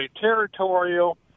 territorial